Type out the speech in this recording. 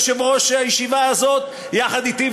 יושב-ראש הישיבה הזאת יחד אתי,